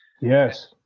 yes